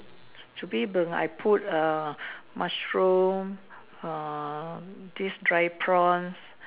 chu-bee-png I put err mushroom err this dry prawns